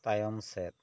ᱛᱟᱭᱚᱢ ᱥᱮᱫ